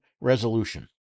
resolution